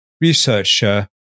researcher